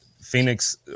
Phoenix